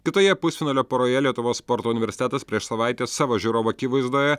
kitoje pusfinalio poroje lietuvos sporto universitetas prieš savaitę savo žiūrovų akivaizdoje